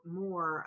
more